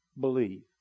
Believe